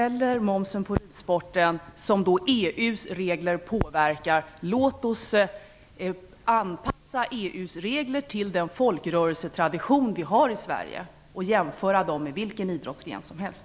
Låt oss i stället se till att anpassa EU:s regler till den folkrörelsetradition som vi har i Sverige. Jämför reglerna med de som gäller för vilken annan idrottsgren som helst.